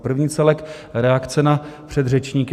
První celek reakce na předřečníky.